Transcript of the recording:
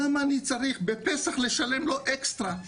למה אני צריך בפסח לשלם לו אקסטרה?